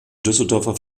düsseldorfer